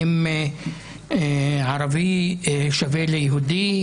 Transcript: האם ערבי שווה ליהודי?